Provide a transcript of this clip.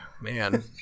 man